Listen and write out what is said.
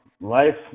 Life